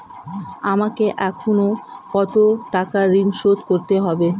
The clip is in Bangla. আমাকে এখনো কত টাকা ঋণ শোধ করতে হবে?